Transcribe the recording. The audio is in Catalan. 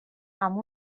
amb